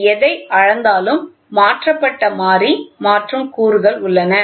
அது எதை அளந்தாலும் மாற்றப்பட்ட மாறி மாற்றும் கூறுகள் உள்ளன